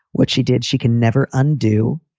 what she did, she can never undo